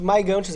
מה ההיגיון?